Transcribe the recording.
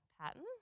pattern